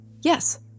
Yes